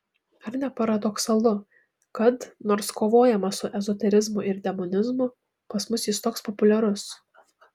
ar ne paradoksalu kad nors kovojama su ezoterizmu ir demonizmu pas mus jis toks populiarus